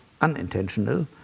unintentional